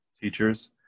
teachers